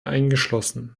eingeschlossen